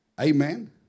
Amen